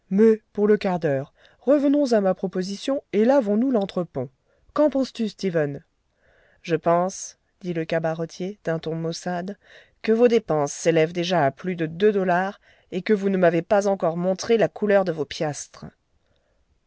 pour le quart-d'heure revenons à ma proposition et lavons nous l'entrepont qu'en penses-tu stephen je pense dit le cabaretier d'un ton maussade que vos dépenses s'élèvent déjà à plus de deux dollars et que vous ne m'avez pas encore montré la couleur de vos piastres